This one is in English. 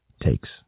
takes